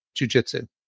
jujitsu